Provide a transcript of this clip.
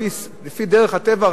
לפי דרך הטבע,